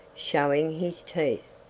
showing his teeth,